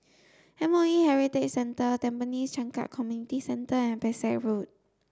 M O E Heritage Centre Tampines Changkat Community Centre and Pesek Road